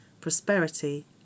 prosperity